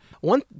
One